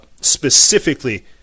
specifically